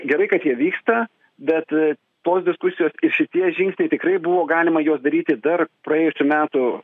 gerai kad jie vyksta bet tos diskusijos ir šitie žingsniai tikrai buvo galima juos daryti dar praėjusių metų